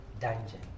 dungeon